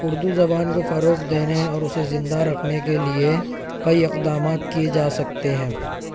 اردو زبان کو فروغ دینے اور اسے زندہ رکھنے کے لئے کئی اقدامات کیے جا سکتے ہیں